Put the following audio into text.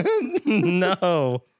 No